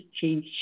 change